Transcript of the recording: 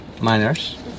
minors